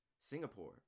singapore